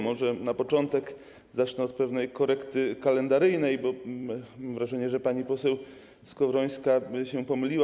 Może zacznę od pewnej korekty kalendaryjnej, bo mam wrażenie, że pani poseł Skowrońska się pomyliła.